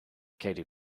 katy